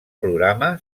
programa